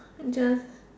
just